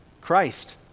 Christ